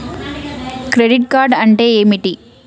Credit card అంటే ఏమిటి?